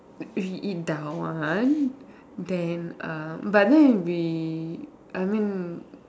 we eat that one then err but then we I mean